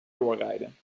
doorrijden